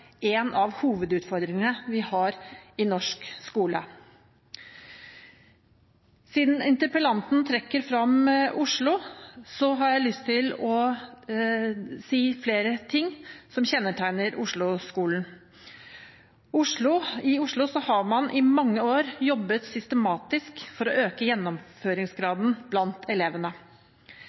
en av hovedutfordringene vi har i norsk skole. Siden interpellanten trekker frem Oslo, har jeg lyst til å si flere ting som kjennetegner Oslo-skolen. I Oslo har man i mange år jobbet systematisk for å øke gjennomføringsgraden blant elevene.